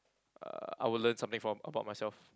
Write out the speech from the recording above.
uh I will learn something from about myself